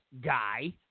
guy